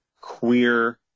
queer